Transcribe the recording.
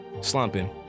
slumping